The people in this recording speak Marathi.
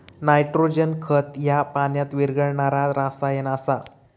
नायट्रोजन खत ह्या पाण्यात विरघळणारा रसायन आसा